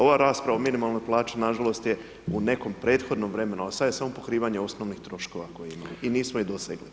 Ova rasprava o minimalnoj plaći nažalost je u nekom prethodnom vremenu a sada je samo pokrivanje osnovnih troškova koje imamo i nismo ih do ... Hvala.